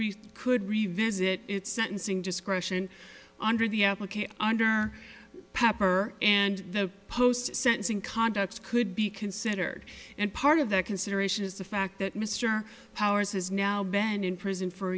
could could revisit its sentencing discretion under the application under pepper and the post sentencing conduct could be considered and part of that consideration is the fact that mr powers has now been in prison for